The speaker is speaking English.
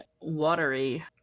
watery